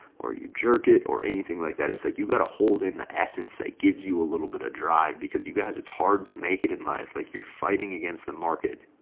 or you jerk it or anything like that. it's like you got to hold in the essence that gives you a little bit of drive because you guys it's hard to make it in life like you're fighting against the market.